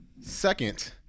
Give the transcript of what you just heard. Second